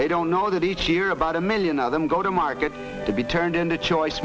they don't know that each year about a million of them go to market to be turned into choice